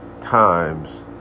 times